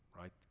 right